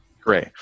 great